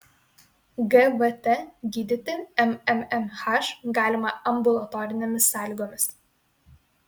gvt gydyti mmmh galima ambulatorinėmis sąlygomis